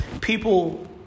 people